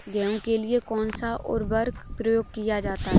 गेहूँ के लिए कौनसा उर्वरक प्रयोग किया जाता है?